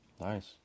Nice